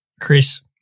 chris